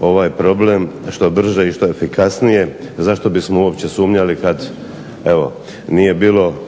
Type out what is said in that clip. ovaj problem što brže i što efikasnije. Zašto bismo uopće sumnjali kada nije bilo